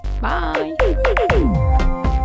Bye